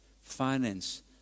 finance